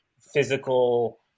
physical